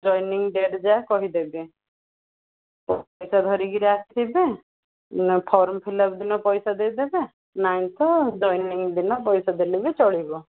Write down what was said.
joining date ଯାକ କହି ଦେବେ ପଇସା ଧରିକି ଆସିବେ ନା ଫର୍ମ ଫିଲ୍ଅପ୍ ଦିନ ପଇସା ଦେଇ ଦେବେ ନାଇଁ ତ ଜଏନିଂ ଦିନ ପଇସା ଦେଲେ ବି ଚଳିବ